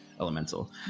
elemental